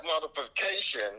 modification